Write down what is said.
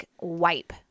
wipe